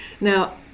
Now